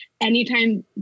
anytime